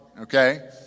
okay